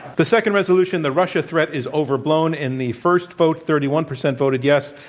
the second resolution the russia threat is overblown in the first vote, thirty one percent voted yes.